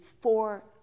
four